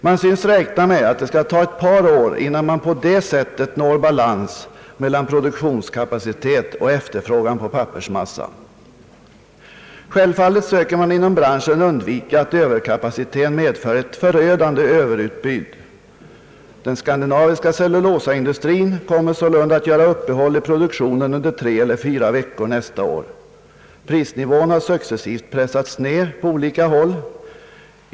Man synes räkna med att det skall ta ett par år innan man på det sättet når balans mellan produktionskapacitet och efterfrågan på pappersmassa. Självfallet försöker man inom branschen att undvika att överkapaciteten medför ett förödande överutbud. Den skandinaviska cellulosaindustrin kommer sålunda att göra uppehåll i produktionen under tre eller fyra veckor nästa år. Prisnivån har successivt pressats ned på olika håll.